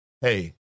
hey